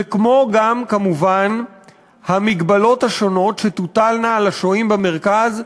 וגם כמובן ההגבלות השונות שתוטלנה על השוהים במרכז,